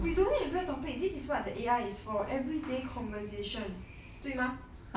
we don't need a real topic this is what the a I is for everyday conversation 对吗:dui ma